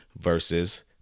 versus